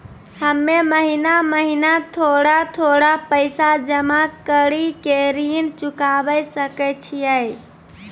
हम्मे महीना महीना थोड़ा थोड़ा पैसा जमा कड़ी के ऋण चुकाबै सकय छियै?